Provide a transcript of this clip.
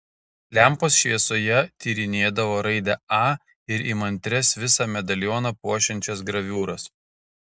lempos šviesoje tyrinėdavo raidę a ir įmantrias visą medalioną puošiančias graviūras